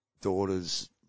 daughters